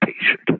patient